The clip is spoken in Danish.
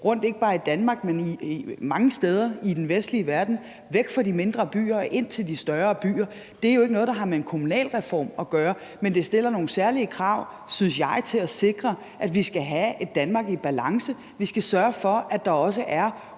ikke bare i Danmark, men mange steder i den vestlige verden, væk fra de mindre byer og ind til de større byer. Det er jo ikke noget, der har med en kommunalreform at gøre. Men det stiller nogle særlige krav, synes jeg, til at sikre, at vi skal have et Danmark i balance. Vi skal sørge for, at der også er